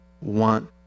want